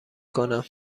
کنم